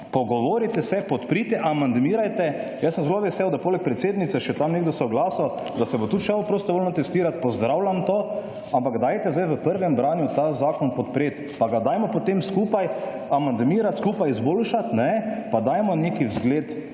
pogovorite se, podprite, amandmirajte. Jaz sem zelo vesel, da poleg predsednice še tam nekdo se oglasil, da se bo tudi šel prostovoljno testirat, pozdravljam to, ampak dajte zdaj v prvem branju ta zakon podpreti pa ga dajmo potem skupaj amandmirati, skupaj izboljšati, pa dajmo nekaj vzgled,